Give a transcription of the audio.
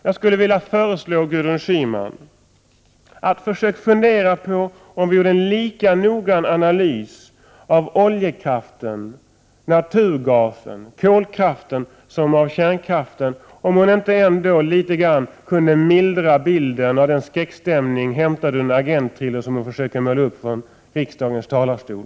Jag skulle vilja föreslå Gudrun Schyman att försöka fundera på om hon efter en lika nogrann analys av oljekraften, naturgasen och kolkraften som av kärnkraften ändå inte kunde mildra bilden av den skräckstämning, hämtad ur en agentthriller, som hon försöker måla upp i riksdagens talarstol.